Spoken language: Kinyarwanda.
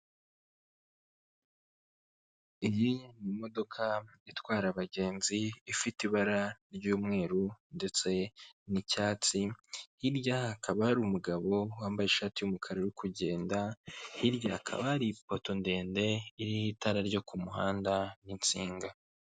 Iyi ni imodoka itwara abagenzi ifite ibara ry'umweru ndetse n'icyatsi, hirya hakaba hari umugabo wambaye ishati y'umukara uri kugenda, hirya hakaba hari ipoto ndende iriho itara ryo ku muhanda n'insinga.